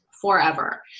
forever